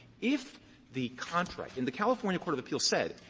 if the contract and the california court of appeals said,